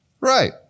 Right